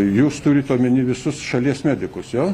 jūs turit omeny visus šalies medikus jo